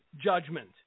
judgment